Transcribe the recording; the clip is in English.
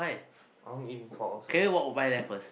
I wanna eat mee-pok also